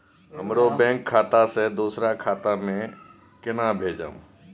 हमरो बैंक खाता से दुसरा खाता में केना भेजम?